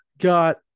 got